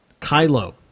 Kylo